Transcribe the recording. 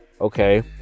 Okay